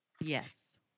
yes